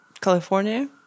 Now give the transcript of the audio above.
California